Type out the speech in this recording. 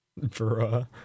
Bruh